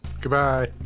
Goodbye